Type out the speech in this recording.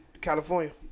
California